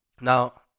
Now